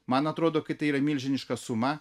man atrodo kad tai yra milžiniška suma